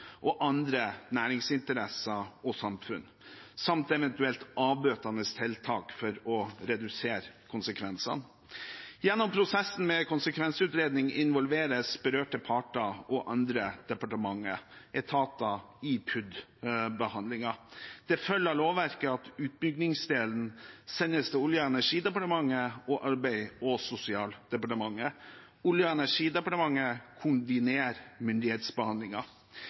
og andre næringsinteresser og samfunn, samt eventuelle avbøtende tiltak for å redusere konsekvensene. Gjennom prosessen med konsekvensutredning involveres berørte parter og andre departementer og etater i PUD-behandlingen. Det følger av lovverket at utbyggingsdelen sendes til Olje- og energidepartementet og Arbeids- og sosialdepartementet. Olje- og energidepartementet